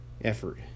Effort